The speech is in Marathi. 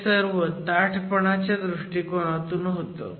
हे सर्व ताठपणा च्या दृष्टिकोनातून होतं